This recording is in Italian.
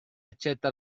accetta